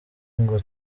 ngo